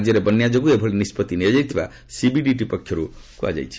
ରାଜ୍ୟରେ ବନ୍ୟା ଯୋଗୁଁ ଏଭଳି ନିଷ୍ପଭି ନିଆଯାଇଥିବା ସିବିଡିଟି ପକ୍ଷରୁ କୁହାଯାଇଛି